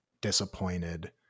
disappointed